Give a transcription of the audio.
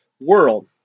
world